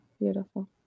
beautiful